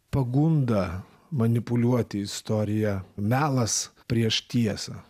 pagunda manipuliuoti istorija melas prieš tiesą